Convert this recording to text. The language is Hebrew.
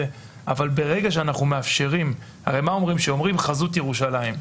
הרי למה מתכוונים כשאומרים "חזות ירושלים"?